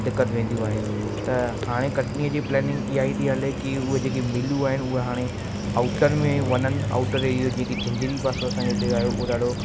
दिक़त वेंदियूं आहिनि त हाणे कटनीअ जी प्लैनिंग ईअं थी हले कि उहो जेकी मिलियूं आहिनि उहो हाणे आउटर में वञनि आउटर इहो जेकी झिंझरी पासो असांजो हिते आहे उहो ॾाढो